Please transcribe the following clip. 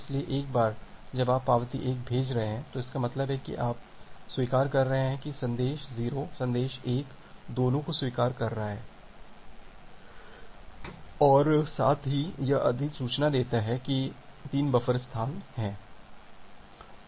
इसलिए एक बार जब आप पावती 1 भेज रहे हैं इसका मतलब है आप स्वीकार कर रहे हैं कि संदेश 0 और संदेश 1 दोनों को स्वीकार कर रहा है और साथ ही यह अधिसूचना देता है कि 3 बफर स्थान है